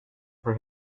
for